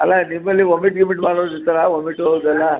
ಅಲ್ಲ ನಿಮ್ಮಲ್ಲಿ ವಾಮಿಟ್ ಗೀಮಿಟ್ ಮಾಡೋರು ಇರ್ತಾರಾ ವಾಮಿಟ್ಟು ಅದೆಲ್ಲ